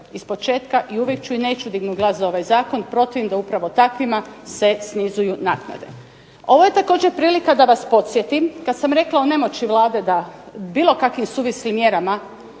ispočetka i uvijek ću i neću dignuti glas za ovaj Zakon protivim da upravo takvim se snizuju naknade. Ovo je isto tako prilika da vas podsjetim kada sam rekla o nemoći Vlade da bilo kakvim suvislim mjerama